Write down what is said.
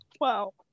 wow